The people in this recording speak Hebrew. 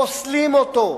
פוסלים אותו.